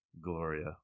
Gloria